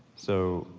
so,